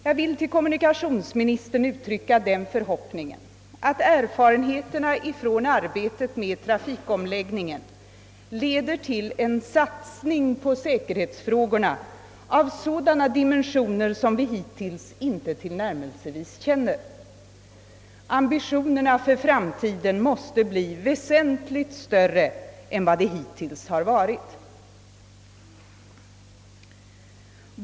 Jag vill för kommunikationsministern uttrycka den förhoppningen att erfarenheterna av arbetet med trafikomläggningen leder till en satsning på säkerhetsfrågorna av sådana dimensioner som vi hittills inte tillnärmelsevis känner. Ambitionerna för framtiden måste bli väsentligt större än de hittills har varit.